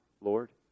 Lord